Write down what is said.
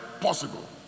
possible